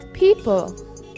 people